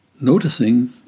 Noticing